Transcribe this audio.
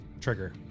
trigger